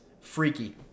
freaky